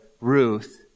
Ruth